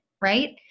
Right